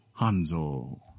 Hanzo